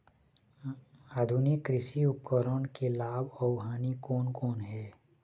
आधुनिक कृषि उपकरण के लाभ अऊ हानि कोन कोन हे?